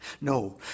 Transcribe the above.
No